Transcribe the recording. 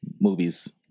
movies